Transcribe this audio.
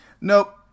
Nope